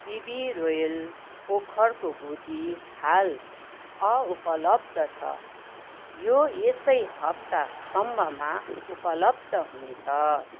BB royal ओखरको गुदी हाल अनुपलब्ध छ यो यसै हप्तासम्ममा उपलब्ध हुनेछ